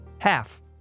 Half